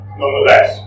nonetheless